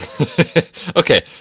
okay